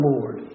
Lord